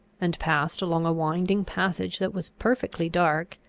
and passed along a winding passage that was perfectly dark,